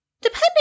depending